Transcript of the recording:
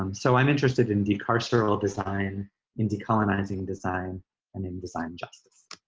um so i'm interested in de-carceral design in de-colonizing design and in design justice.